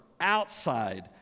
outside